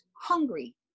hungry